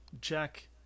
Jack